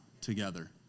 together